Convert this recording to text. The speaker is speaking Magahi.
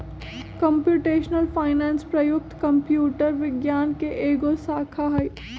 कंप्यूटेशनल फाइनेंस प्रयुक्त कंप्यूटर विज्ञान के एगो शाखा हइ